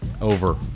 over